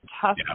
tough